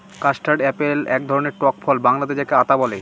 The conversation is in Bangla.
কাস্টারড আপেল এক ধরনের টক ফল বাংলাতে যাকে আঁতা বলে